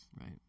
Right